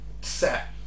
set